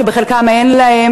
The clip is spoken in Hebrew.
שחלקם אין להם,